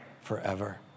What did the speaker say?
forever